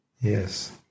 Yes